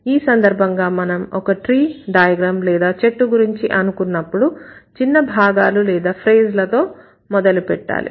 ఈ సందర్భంగా మనం ఒక ట్రీ డైగ్రామ్ లేదా చెట్టు గురించి అనుకున్నప్పుడు చిన్న భాగాలు లేదా ఫ్రేజ్ లతో మొదలు పెట్టాలి